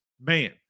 man